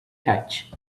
hatch